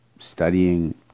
studying